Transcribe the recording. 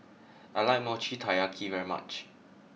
I like Mochi Taiyaki very much